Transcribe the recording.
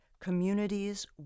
communities